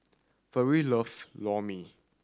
Farris loves Lor Mee